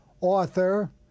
author